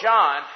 John